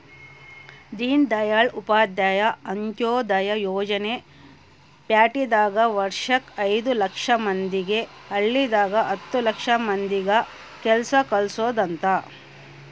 ದೀನ್ದಯಾಳ್ ಉಪಾಧ್ಯಾಯ ಅಂತ್ಯೋದಯ ಯೋಜನೆ ಪ್ಯಾಟಿದಾಗ ವರ್ಷಕ್ ಐದು ಲಕ್ಷ ಮಂದಿಗೆ ಹಳ್ಳಿದಾಗ ಹತ್ತು ಲಕ್ಷ ಮಂದಿಗ ಕೆಲ್ಸ ಕಲ್ಸೊದ್ ಅಂತ